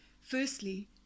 Firstly